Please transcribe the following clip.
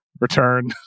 return